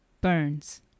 Burns